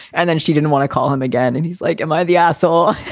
and then she didn't want to call him again. and he's like, am i the asshole?